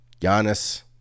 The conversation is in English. Giannis